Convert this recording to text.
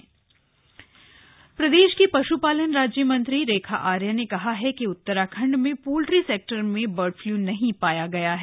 bird flu प्रदेश की पश्पालन राज्यमंत्री रेखा आर्या ने कहा है कि उत्तराखण्ड में पोल्ट्री सेक्टर में बर्ड फ्लू नहीं पाया गया है